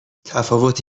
تفاوت